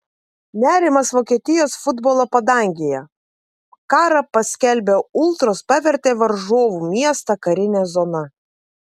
nerimas vokietijos futbolo padangėje karą paskelbę ultros pavertė varžovų miestą karine zona